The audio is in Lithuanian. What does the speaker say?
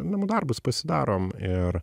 namų darbus pasidarom ir